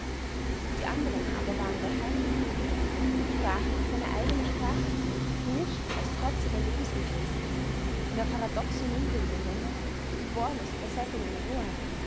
die anderen aber waren daheim im kriege sprachen seine eigene sprache gemischt aus trotziger lebensgefräßigkeit einer paradoxen milde in den männern geboren aus übersättigung an roheit